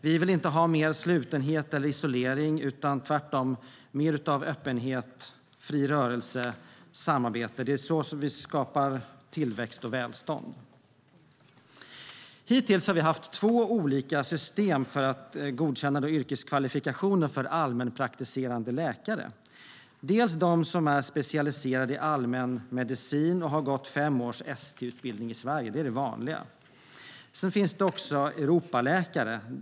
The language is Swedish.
Vi vill inte ha mer slutenhet eller isolering utan tvärtom mer av öppenhet, fri rörelse och samarbete. Det är så vi skapar tillväxt och välstånd. Hittills har vi haft två olika system för att godkänna yrkeskvalifikationer för allmänpraktiserande läkare. Det är de som är specialiserade i allmänmedicin och har gått fem års ST-utbildning i Sverige. Det är det vanliga. Sedan finns det också Europaläkare.